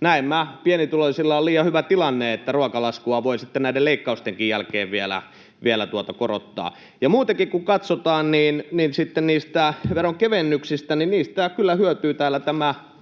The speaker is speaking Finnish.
näemmä pienituloisilla on liian hyvä tilanne, niin että ruokalaskua voi sitten näiden leikkaustenkin jälkeen vielä korottaa. Kun katsotaan sitten niitä veronkevennyksiä, niin niistä kyllä hyötyy tämä